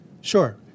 Sure